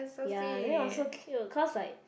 ya then it was so cute cause like